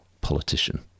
politician